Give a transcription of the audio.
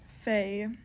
Faye